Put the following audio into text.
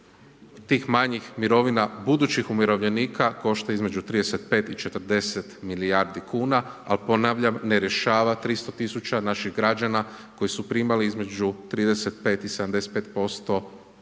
tih manjih mirovina budućih umirovljenika košta je između 35 i 40 milijardi kuna, ali ponavljam, ne rješava 300000 naših građana koji su primali između 35 i 75% prosječne